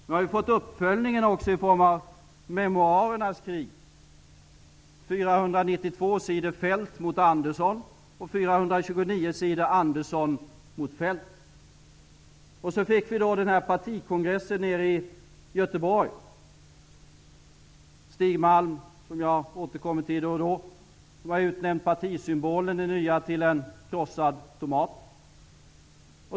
Nu har vi även fått uppföljningen i form av memoarernas krig -- 492 sidor Feldt mot Andersson och 429 sidor Sedan fick vi partikongressen i Göteborg. Stig Malm, som jag återkommer till då och då, har utnämnt den nya partisymbolen till en krossad tomat.